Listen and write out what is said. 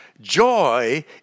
Joy